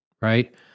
right